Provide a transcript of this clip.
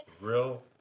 Real